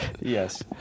Yes